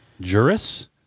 Juris